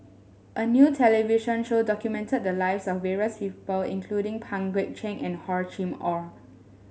a new television show documented the lives of various people including Pang Guek Cheng and Hor Chim Or